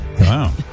Wow